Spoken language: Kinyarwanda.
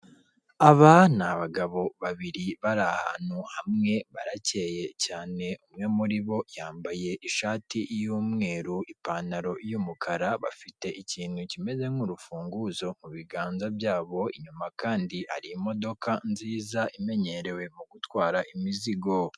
Aba ni abagabo babiri bari ahantu hamwe barakeye cyane, umwe muri bo yambaye ishati y'umweru ipantaro y'umukara, bafite ikintu kimeze nk'urufunguzo mu biganza byabo, inyuma kandi hari imodoka nziza imenyerewe mu gutwara imizigo.